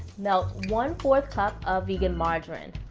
melt one four cup of vegan margarine.